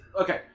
Okay